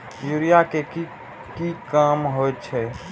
Urea के की काम होई छै?